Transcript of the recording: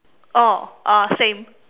oh uh same